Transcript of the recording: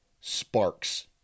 sparks